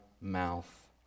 mouth